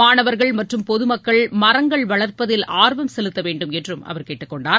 மாணவர்கள் மற்றும் பொதுமக்கள் மரங்கள் வளர்ப்பதில் ஆர்வம் செலுத்த வேண்டும் என்றும் அவர் கேட்டுக்கொண்டார்